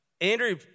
Andrew